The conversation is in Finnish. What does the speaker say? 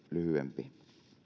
lyhyempi